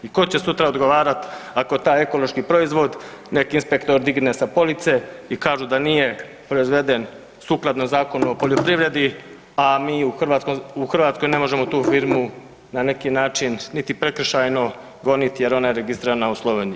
I tko će sutra odgovarati ako taj ekološki proizvod neki inspektor digne sa police i kažu da nije proizveden sukladno Zakonu o poljoprivredi, a mi u Hrvatskoj ne možemo tu firmu na neki način niti prekršajno goniti jer ona je registrirana u Sloveniji.